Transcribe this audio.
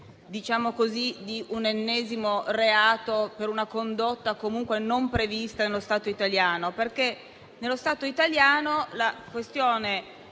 dell'introduzione di un ennesimo reato per una condotta comunque non prevista nello Stato italiano. Nello Stato italiano la questione